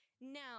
Now